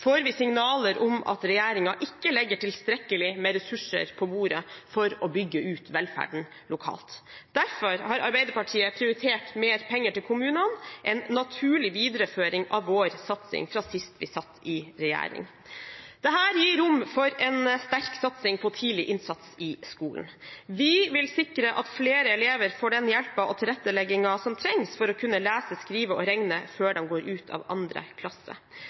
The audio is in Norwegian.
får vi signaler om at regjeringen ikke legger tilstrekkelig med ressurser på bordet for å bygge ut velferden lokalt. Derfor har Arbeiderpartiet prioritert mer penger til kommunene, en naturlig videreføring av vår satsing fra sist vi satt i regjering. Dette gir rom for en sterk satsing på tidlig innsats i skolen. Vi vil sikre at flere elever får den hjelpen og tilretteleggingen som trengs for å kunne lese, skrive og regne før de går ut av 2. klasse.